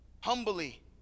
humbly